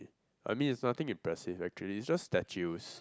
I mean it's nothing impressive actually it's just statues